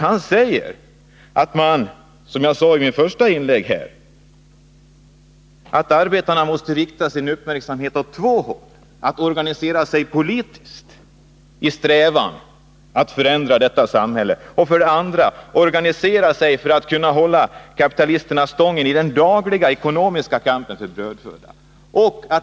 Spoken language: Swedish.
Han säger — som jag sade i mitt första inlägg här — att arbetarna måste rikta sin uppmärksamhet åt två håll: för det första att organisera sig politiskt, i strävan att förändra detta samhälle, och för det andra att organisera sig för att kunna hålla kapitalisterna stången i den dagliga ekonomiska kampen för brödfödan.